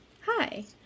Hi